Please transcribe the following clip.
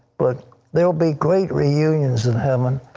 but there will be great reunions in heaven.